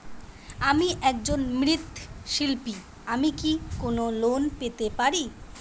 আমি একজন মৃৎ শিল্পী আমি কি কোন লোন পেতে পারি?